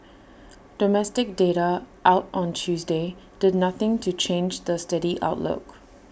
domestic data out on Tuesday did nothing to change the steady outlook